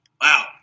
wow